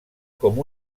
com